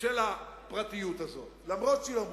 של הפרטיות הזאת, אף-על-פי שהיא לא מופרטת.